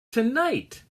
tonight